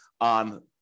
on